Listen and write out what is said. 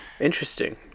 interesting